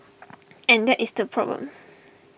and that is the problem